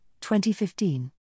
2015